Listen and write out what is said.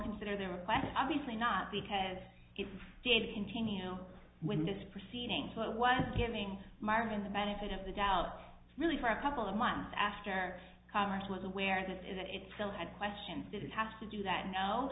consider their request obviously not because it did continue with this proceeding but was giving marvin the benefit of the doubt really for a couple of months after college was aware of this is that it still had questions did it have to do that no